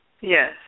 Yes